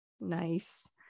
Nice